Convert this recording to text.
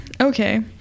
okay